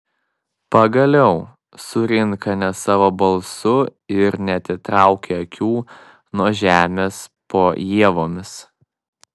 pagaliau surinka ne savo balsu ir neatitraukia akių nuo žemės po ievomis